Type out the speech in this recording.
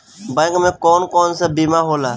Bank में कौन कौन से बीमा होला?